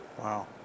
Wow